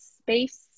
space